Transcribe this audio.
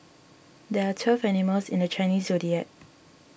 there are twelve animals in the Chinese zodiac